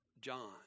John